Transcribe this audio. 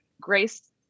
Grace